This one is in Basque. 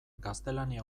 gaztelania